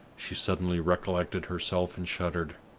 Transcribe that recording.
she suddenly recollected herself, and shuddered.